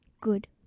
Good